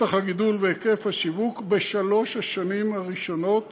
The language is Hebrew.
שטח הגידול והיקף השיווק בשלוש השנים הראשונות